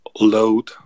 load